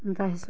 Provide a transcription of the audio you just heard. ଏନ୍ତା ହେସି